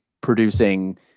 producing